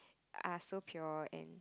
are so pure and